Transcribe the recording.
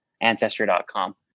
Ancestry.com